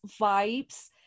vibes